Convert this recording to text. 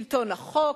שלטון החוק,